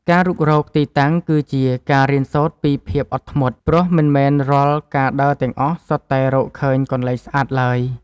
ការរុករកទីតាំងគឺជាការរៀនសូត្រពីភាពអត់ធ្មត់ ព្រោះមិនមែនរាល់ការដើរទាំងអស់សុទ្ធតែរកឃើញកន្លែងស្អាតឡើយ។